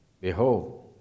Behold